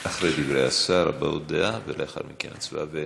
אחרי דברי השר הבעות דעה, ולאחר מכן הצבעה.